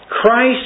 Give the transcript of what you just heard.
Christ